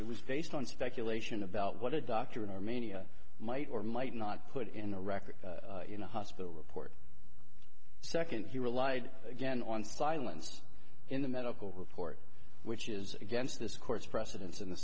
it was based on speculation about what a doctor in armenia might or might not put in a record in a hospital report second he relied again on silence in the medical report which is against this court's precedents in the